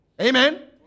Amen